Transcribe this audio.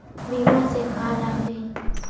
बीमा से का लाभ हे?